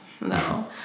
no